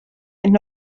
ent